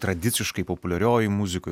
tradiciškai populiariojoj muzikoj